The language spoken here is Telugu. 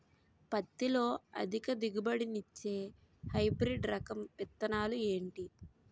పత్తి లో అధిక దిగుబడి నిచ్చే హైబ్రిడ్ రకం విత్తనాలు ఏంటి